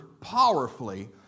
powerfully